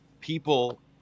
people